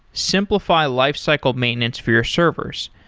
simplify lifecycle maintenance for your servers.